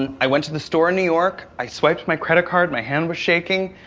and i went to the store in new york. i swiped my credit card, my hand was shaking,